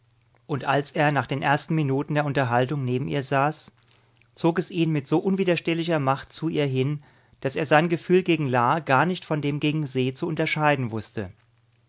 und als er nach den ersten minuten der unterhaltung neben ihr saß zog es ihn mit so unwiderstehlicher macht zu ihr hin daß er sein gefühl gegen la gar nicht von dem gegen se zu unterscheiden wußte